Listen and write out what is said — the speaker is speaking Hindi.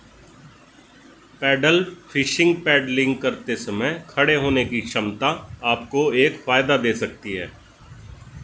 पैडल फिशिंग पैडलिंग करते समय खड़े होने की क्षमता आपको एक फायदा दे सकती है